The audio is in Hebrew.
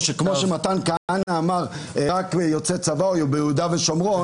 או כמו שמתן כהנא אמר שרק יוצאי צבא יהיו ביהודה ושומרון,